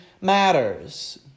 matters